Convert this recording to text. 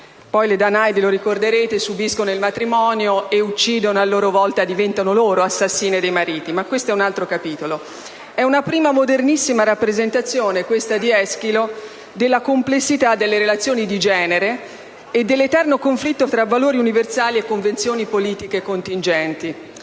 che le Danaidi subiscono poi il matrimonio e uccidono, diventando a loro volta assassine dei mariti; Questo però è un altro capitolo. È una prima, modernissima rappresentazione, quella di Eschilo, della complessità delle relazioni di genere e dell'eterno conflitto fra valori universali e convenzioni politiche contingenti.